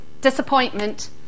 disappointment